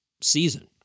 season